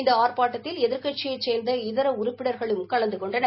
இந்த ஆர்ப்பாட்டத்தில் எதிர்க்கட்சியைச் சேர்ந்த இதர உறுப்பினர்களும் கலந்து கொண்டனர்